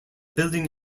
building